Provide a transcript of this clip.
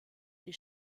die